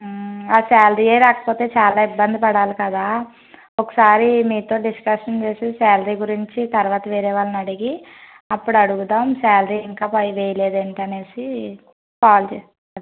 ఆ శాలరీయే రాకపోతే చాలా ఇబ్బంది పడాలి కదా ఒకసారి మీతో డిస్కషన్ చేసి శాలరీ గురించి తర్వాత వేరే వాళ్ళని అడిగి అప్పుడు అడుగుదాం శాలరీ ఇంకా పై వేయలేదు ఏంటనేసి కాల్ చేసా